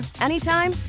anytime